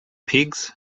pigs